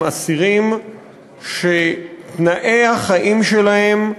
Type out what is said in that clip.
הם אסירים שתנאי החיים שלהם,